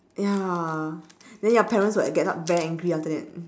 ya then your parents will get up very angry after that